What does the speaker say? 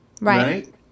right